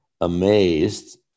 amazed